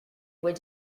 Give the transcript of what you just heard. what